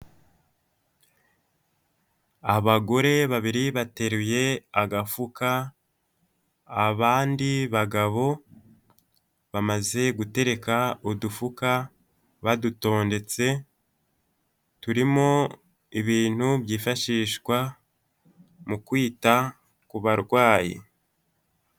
Abagore babiri bateruye agafuka, abandi bagabo bamaze gutereka udufuka badutondetse, turimo ibintu byifashishwa mu kwita ku barwayi.